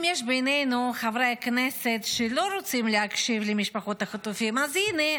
אם יש בינינו חברי הכנסת שלא רוצים להקשיב למשפחות החטופים אז הינה,